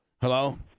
Hello